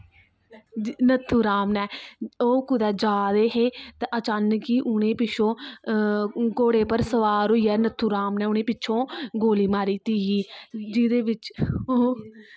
नथू राम ने ओह् कुतै जारदे हे ते अचानक कि उनेंगी पिच्छुआ घोडे़ उप्पर सवार होइये नथू राम ने उनेंगी पिच्छुआ गोली मारी दित्ती ही जेहदे बिच ओह्